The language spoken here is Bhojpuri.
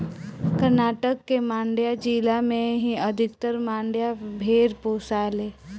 कर्नाटक के मांड्या जिला में ही अधिकतर मंड्या भेड़ पोसाले